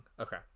Okay